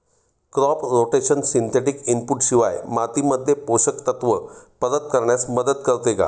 Crop rotation synthetic input शिवाय मातीमध्ये पोषक तत्त्व परत करण्यास मदत करते का?